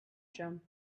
jump